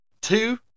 two